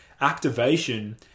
activation